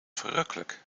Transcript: verrukkelijk